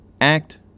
act